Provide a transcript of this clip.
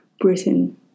Britain